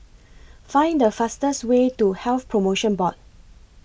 Find The fastest Way to Health promotion Board